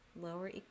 lower